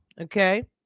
Okay